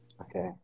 Okay